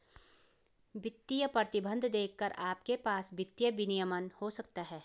वित्तीय प्रतिबंध देखकर आपके पास वित्तीय विनियमन हो सकता है